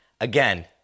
Again